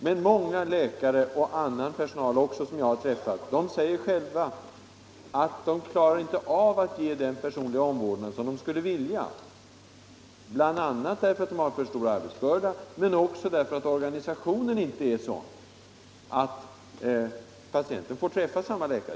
Men många läkare, och annan personal också som jag har träffat, säger själva att de inte klarar av att ge den personliga omvårdnad som de skulle vilja ge, bl.a. därför att de har för stor arbetsbörda, men också därför att organisationen inte är sådan att en patient får träffa samma läkare.